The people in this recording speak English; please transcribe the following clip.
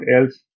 else